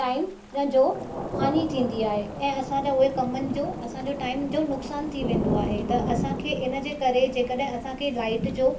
time जो हानी थींदी आहे ऐं असांजा उहे कमनि जूं असांजो टाइम जो नुकसानि थी वेंदो आहे त असांखे इन जे करे जेकॾहिं असांखे लाइट जो